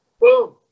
boom